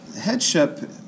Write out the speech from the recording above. headship